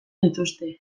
dituzte